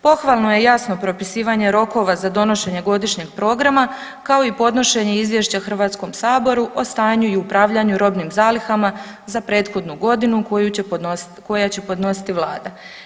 Pohvalno je jasno propisivanje rokova za donošenje godišnjeg programa kao i podnošenje izvješća HS-u o stanju i upravljanju robnim zalihama za prethodnu godinu koja će podnositi Vlada.